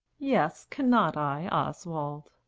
yes, cannot i, oswald?